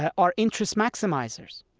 ah are interest maximizers.